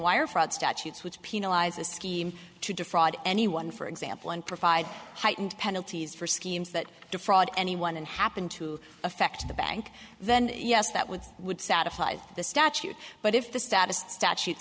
wire fraud statutes which penalize a scheme to defraud anyone for example and provide heightened penalties for schemes that defraud anyone and happen to affect the bank then yes that would would satisfy the statute but if the status th